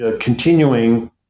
continuing